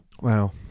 Wow